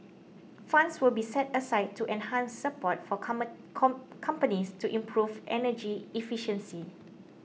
funds will be set aside to enhance support for common con companies to improve energy efficiency